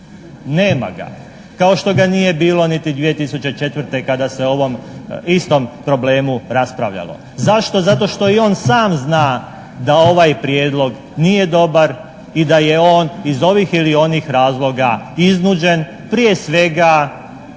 Nema ga, kao što ga nije bilo niti 2004. kada se o ovom istom problemu raspravljalo. Zašto? Zato što i on sam zna da ovaj Prijedlog nije dobar i da je on iz ovih ili onih razloga iznuđen prije svega